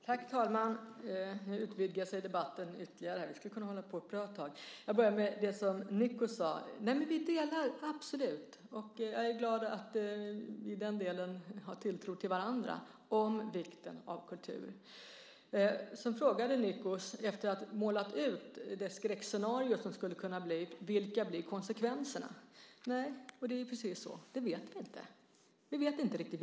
Herr talman! Nu utvidgas debatten ytterligare. Vi skulle kunna hålla på ett bra tag. Jag börjar med det som Nikos Papadopoulos sade. Vi delar absolut åsikten om vikten av kultur, och jag är glad att vi i den delen har tilltro till varandra - efter att han målat ut ett skräckscenario om vilka konsekvenserna skulle kunna bli. Nej, det är precis så. Vi vet inte riktigt.